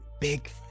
Big